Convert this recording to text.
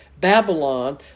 Babylon